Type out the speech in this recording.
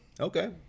Okay